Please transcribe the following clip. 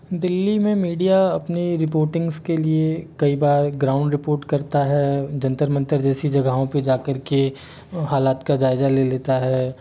दिल्ली में मीडिया अपने रिपोर्टिंग्स के लिए कई बार ग्राउंड रिपोर्ट करता है जंतर मंतर जैसी जगहों पर जा करके हालात का जायज़ा ले लेता है